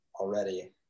already